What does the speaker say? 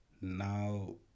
now